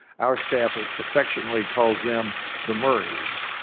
our staff ah affectionately calls them the murrays.